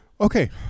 Okay